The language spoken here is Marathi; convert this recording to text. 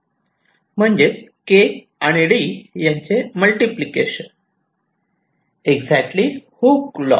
म्हणजेच 'k' आणि 'd' यांचे मल्टिप्लिकेशन एक्झॅक्टली हुक लॉ